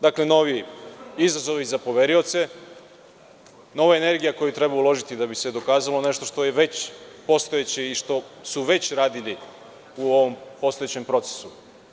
Dakle, novi izazovi za poverioce, nova energija koju treba uložiti da bi se dokazalo nešto što je već postojeće i što su već radili u ovom postojećem procesu.